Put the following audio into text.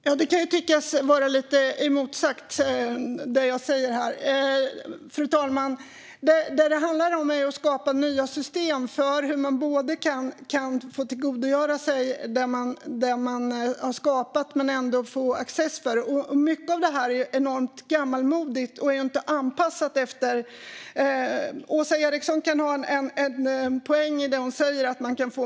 Fru talman! Det jag säger kan tyckas lite motsägelsefullt. Det som det handlar om är att skapa nya system för hur man kan tillgodoräkna sig det man har skapat men ändå få access till det. Många av systemen är enormt gammalmodiga och inte anpassade. Åsa Eriksson kan ha en poäng i det hon säger om vad man kan få.